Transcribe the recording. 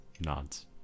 nods